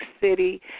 City